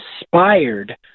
inspired